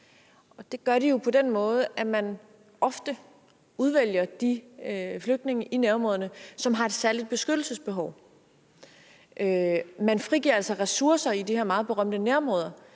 Det gør de på den måde, at man ofte udvælger de flygtninge i nærområderne, som har et særligt beskyttelsesbehov. Man frigiver altså ressourcer i de her meget berømte nærområder